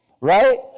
Right